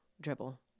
dribble